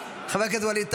חבר הכנסת ווליד טאהא,